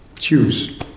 choose